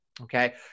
Okay